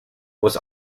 was